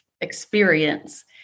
experience